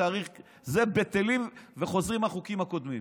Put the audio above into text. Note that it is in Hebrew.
תאריך זה בטלים וחוזרים החוקים הקודמים.